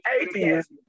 atheist